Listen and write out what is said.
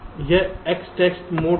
यह EXTEST mode है